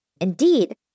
Indeed